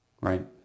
Right